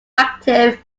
active